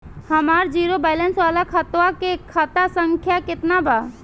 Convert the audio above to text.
हमार zero balance वाला खतवा के खाता संख्या केतना बा?